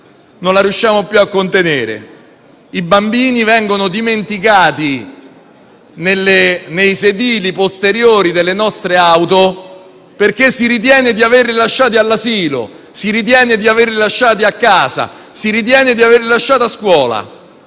non riusciamo più a contenere. I bambini vengono dimenticati nei sedili posteriori delle nostre auto perché si ritiene di averli lasciati all'asilo, si ritiene di averli lasciati a casa, si ritiene di averli lasciati a scuola.